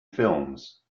films